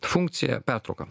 funkciją pertrauka